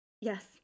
Yes